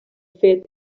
fet